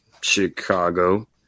Chicago